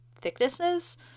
thicknesses